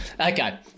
Okay